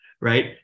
right